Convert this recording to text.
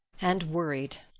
and worried.